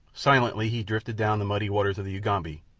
silently he drifted down the muddy waters of the ugambi,